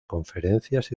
conferencias